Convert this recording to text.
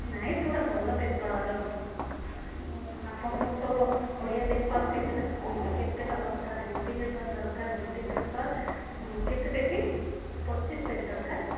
ନାଇଁ ପୁରା ଭଲ ପେପର୍ ଆଉ ଆପଣଙ୍କୁ ତ ଓଡ଼ିଆ ପେପର୍ କେତେ କେତେଟା ଦରକାର ହିନ୍ଦୀ ପେପର୍ ଦରକାର ହିନ୍ଦୀ ପେପର୍ କେତେ ପେଟି ପଚିଶ ପେଟି ଦରକାର